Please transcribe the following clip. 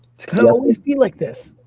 it's gonna always be like this.